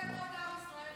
עושה טוב לעם ישראל.